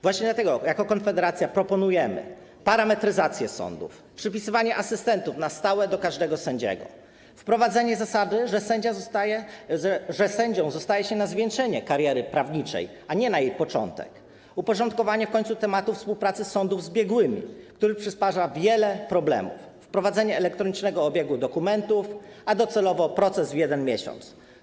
Właśnie dlatego jako Konfederacja proponujemy parametryzację sądów, przypisywanie asystentów na stałe do każdego sędziego, wprowadzenie zasady, że zostanie sędzią powinno być zwieńczeniem kariery prawniczej, a nie jej początkiem, w końcu uporządkowanie tematu współpracy sądów z biegłymi, który przysparza wiele problemów, wprowadzenie elektronicznego obiegu dokumentów, a docelowo - proces w 1 miesiąc.